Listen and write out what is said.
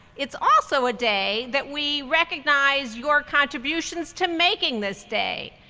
it's also a day that we recognize your contributions to making this day.